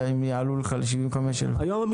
המלאכה לגמור ואיננו רשאים להיבטל ממנה,